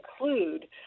include